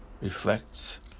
reflects